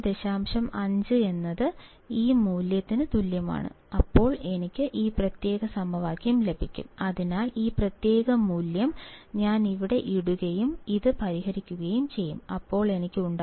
5 എന്നത് ഈ മൂല്യത്തിന് തുല്യമാണ് അപ്പോൾ എനിക്ക് ഈ പ്രത്യേക സമവാക്യം ലഭിക്കും